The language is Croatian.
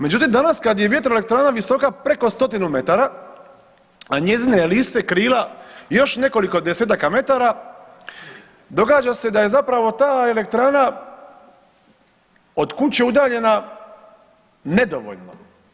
Međutim, danas kad je vjetroelektrana visoka preko 100 metara, a njezine elise krila još nekoliko desetaka metara događa se da je zapravo ta elektrana od kuće udaljena nedovoljno.